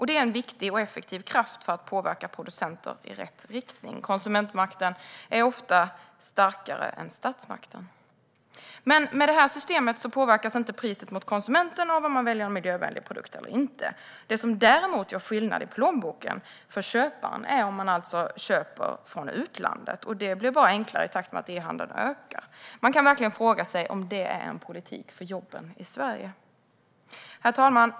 Det är en viktig och effektiv kraft för att påverka producenter i rätt riktning. Konsumentmakten är ofta starkare än statsmakten. Med det här systemet påverkas inte priset mot konsumenten av om man väljer en miljövänlig produkt eller inte. Det som däremot gör skillnad i plånboken för köparen är om man köper från utlandet. Det blir bara enklare i takt med att e-handeln ökar. Man kan verkligen fråga sig om det är en politik för jobben i Sverige. Herr talman!